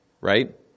right